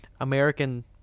american